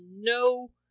no